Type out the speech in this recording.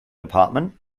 apartment